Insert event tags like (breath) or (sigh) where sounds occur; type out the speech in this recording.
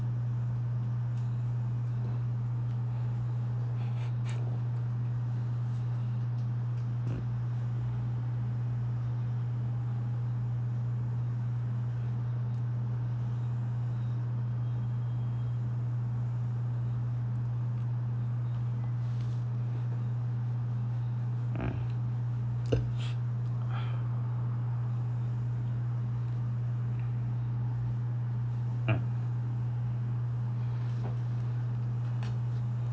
(breath) (noise) mm